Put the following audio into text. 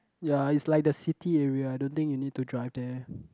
ya it's like the city area I don't think you need to drive there